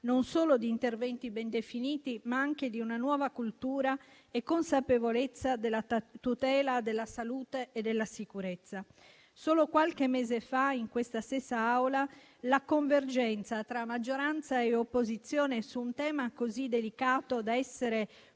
non solo di interventi ben definiti, ma anche di una nuova cultura e consapevolezza della tutela della salute e della sicurezza. Solo qualche mese fa, in questa stessa Aula, la convergenza tra maggioranza e opposizione su un tema così delicato, da essere